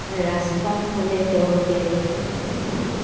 ৰাস্তাত মানে তেওঁলোকে